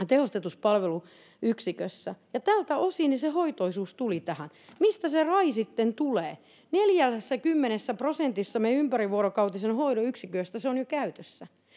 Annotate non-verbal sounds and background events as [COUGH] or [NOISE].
[UNINTELLIGIBLE] tehostetussa palveluyksikössä tältä osin se hoitoisuus tuli tähän mistä se rai sitten tulee neljässäkymmenessä prosentissa meidän ympärivuorokautisen hoidon yksiköistä se on jo käytössä